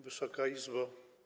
Wysoka Izbo!